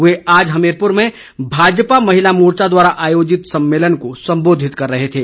वे आज हमीरपुर में भाजपा महिला मोर्चा द्वारा आयोजित सम्मेलन को सम्बोधित कर रहे थे